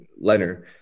Leonard